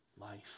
life